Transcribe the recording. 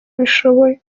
abishoboye